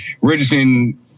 Richardson